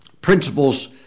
principles